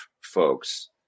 folks